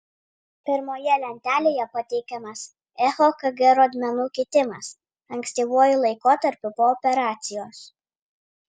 pirmoje lentelėje pateikiamas echokg rodmenų kitimas ankstyvuoju laikotarpiu po operacijos